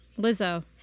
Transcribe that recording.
Lizzo